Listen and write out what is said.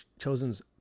chosen's